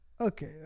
Okay